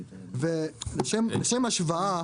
לשם השוואה,